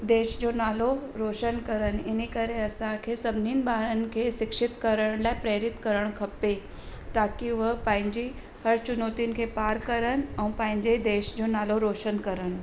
देश जो नालो रोशन कनि इन करे असांखे सभिनीनि ॿारनि खे शिक्षित करण लाइ प्रेरित करणु खपे ताकी उहे पंहिंजी हर चुनौतियुनि खे पार कनि ऐं पंहिंजे देश जो नालो रोशन कनि